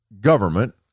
government